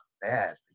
bad